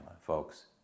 folks